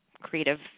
creative